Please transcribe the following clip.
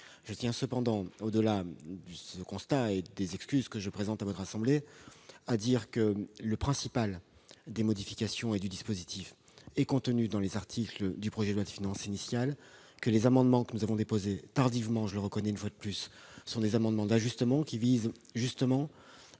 Je tiens cependant à indiquer, au-delà de ce constat et des excuses que je présente à votre assemblée, que le principal des modifications et du dispositif est contenu dans les articles du projet de loi de finances initial, que les amendements que nous avons déposés tardivement sont des amendements d'ajustement visant justement